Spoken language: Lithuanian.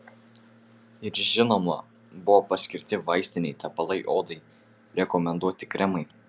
ir žinoma buvo paskirti vaistiniai tepalai odai rekomenduoti kremai